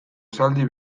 esaldi